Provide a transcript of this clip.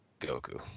Goku